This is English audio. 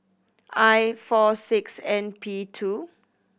I four six N P two